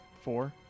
Four